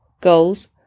goals